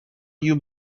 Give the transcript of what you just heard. you